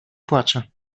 płacze